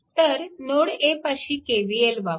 तर node A पाशी KVL वापरा